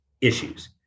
issues